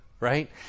right